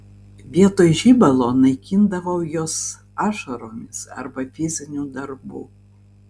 vietoj žibalo naikindavau juos ašaromis arba fiziniu darbu